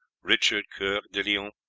richard coeur de lion,